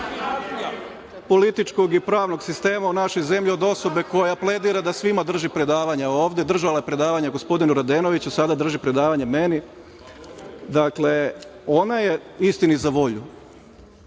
političkog i pravnog sistema u našoj zemlji od osobe koja pledira da svima drži predavanje ovde, držala je predavanje gospodinu Radenoviću, ovde sada drži predavanje meni. Dakle, ona je istini za volju,